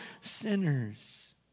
sinners